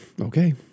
Okay